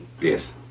Yes